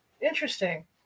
Interesting